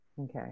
Okay